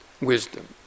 wisdom